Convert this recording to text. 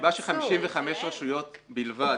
הסיבה ש-55 רשויות בלבד,